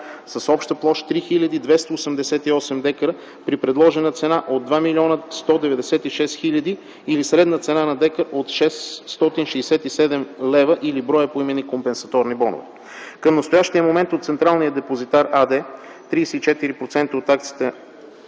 с обща площ 3288 дка при предложена цена от 2 млн. 196 хил. или средна цена на декар от 667 лв. или броя поименни компенсаторни бонове. Към настоящия момент от Централния депозитар АД 34% от акциите